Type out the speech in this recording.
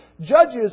Judges